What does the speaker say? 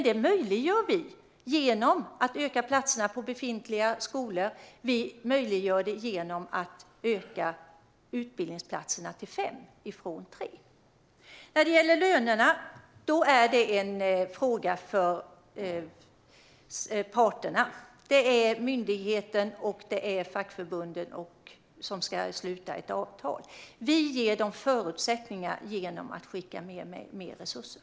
Det möjliggör vi genom att öka antalet platser på befintliga skolor, vilket vi i sin tur möjliggör genom att öka antalet skolor till fem från tre. När det gäller lönerna är det en fråga för parterna. Det är myndigheten och fackförbunden som ska sluta ett avtal. Vi ger dem förutsättningar genom att skicka mer resurser.